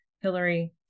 Hillary